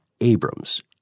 Abrams